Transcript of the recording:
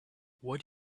what